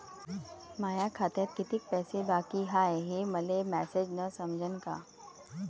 माया खात्यात कितीक पैसे बाकी हाय हे मले मॅसेजन समजनं का?